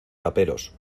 raperos